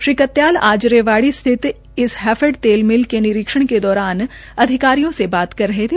श्री कत्याल आज रेवाड़ी स्थित हैफेड तेल मिल के निरीक्षण के दौरान अधिकारियों से बात कर रहे थे